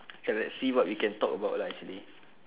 okay let's see what we can talk about lah actually